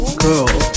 girl